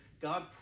god